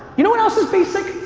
you know what else is basic?